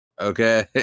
Okay